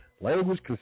language